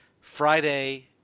Friday